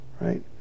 right